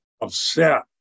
upset